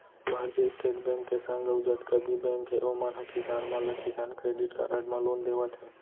भारतीय state bank के संग अउ जतका भी बेंक हे ओमन ह किसान मन ला किसान क्रेडिट कारड म लोन देवत हें